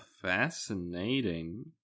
fascinating